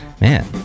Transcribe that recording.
Man